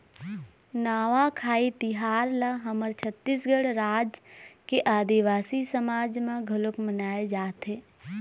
नवाखाई तिहार ल हमर छत्तीसगढ़ राज के आदिवासी समाज म घलोक मनाए जाथे